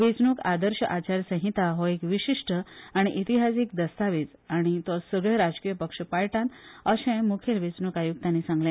वेचणूक आदर्श आचारसंहिता हो एक विशिष्ट आनी इतिहासिक दस्तावेज आनी तो सगले राजकीय पक्ष पाळटात अशेय मुखेल वेचणूक आयुक्तानी सांगले